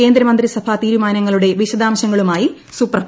കേന്ദ്രമന്ത്രിസഭാ തീരുമാനങ്ങളുടെ വിശദാംശങ്ങളുമായി സുപ്രപഭ